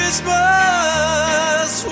Christmas